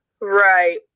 Right